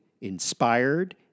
inspired